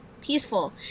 Peaceful